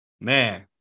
Man